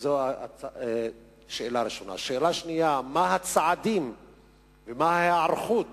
שאלה שנייה, מה הצעדים ומה ההיערכות